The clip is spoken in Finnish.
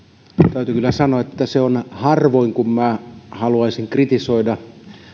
täytyy kyllä sanoa että että se on harvoin kun haluaisin kritisoida